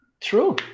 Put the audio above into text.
true